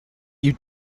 you